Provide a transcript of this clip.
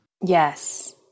Yes